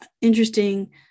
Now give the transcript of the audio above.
interesting